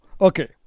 Okay